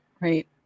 right